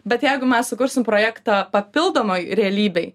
bet jeigu mes sukursim projektą papildomai realybei